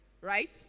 Right